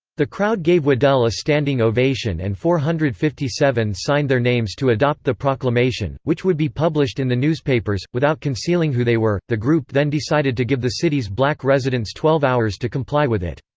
the crowd gave waddell a standing ovation and four hundred and fifty seven signed their names to adopt the proclamation, which would be published in the newspapers, without concealing who they were the group then decided to give the city's black residents twelve hours to comply with it.